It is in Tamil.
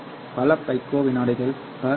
பல பைக்கோ வினாடிகள் கி